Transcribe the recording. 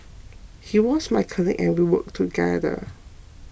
he was my colleague and we worked together